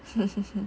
行行行